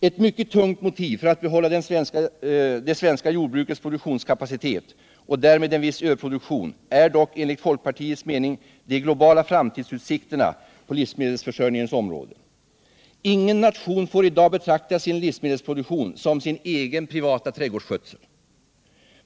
Ett mycket tungt motiv för att behålla det svenska jordbrukets produktionskapacitet — och därmed en viss överproduktion — är dock enligt folkpartiets mening de globala framtidsutsikterna på livsmedelsförsörjningens område. Ingen nation får i dag betrakta sin livsmedelsproduktion som sin egen privata trädgårdsskötsel.